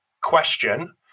question